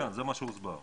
זה מה שהוסבר.